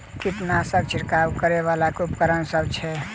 कीटनासक छिरकाब करै वला केँ उपकरण सब छै?